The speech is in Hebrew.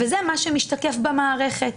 וזה מה שמשתקף במערכת.